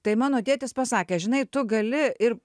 tai mano tėtis pasakė žinai tu gali ir